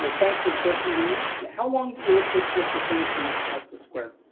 but thanks for the question, denise. yeah how long will it take for us to finish the work at custis square?